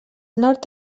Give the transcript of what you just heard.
nord